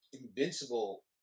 Invincible